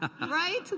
Right